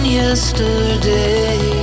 yesterday